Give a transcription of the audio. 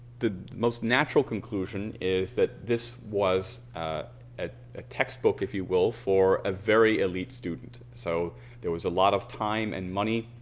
the most natural conclusion is that this was a textbook if you will for a very elite student. so there was a lot of time and money